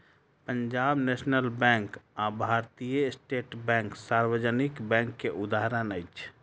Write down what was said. Punjab National Bank आ Bharatiya State Bank सार्वजनिक बैंक के उदाहरण अछि